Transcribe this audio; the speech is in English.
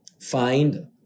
find